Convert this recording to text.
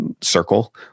circle